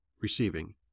receiving